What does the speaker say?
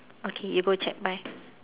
okay you go check bye